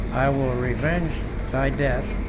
i will revenge thy death,